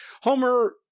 Homer